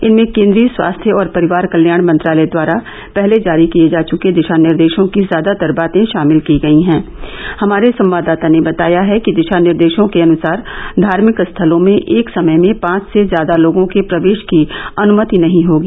इनमें केन्द्रीय स्वास्थ्य और परिवार कल्याण मंत्रालय द्वारा पहले जारी किये जा चुके दिशा निर्देशों की ज्यादातर बातें शामिल की गई हैं हमारे संवाददाता ने बताया है कि दिशा निर्देशों के अनुसार धार्मिक स्थलों में एक समय में पांच से ज्यादा लोगों के प्रवेश की अनुमति नहीं होगी